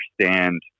understand